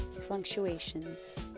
fluctuations